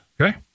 Okay